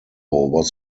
was